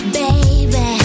baby